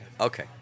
Okay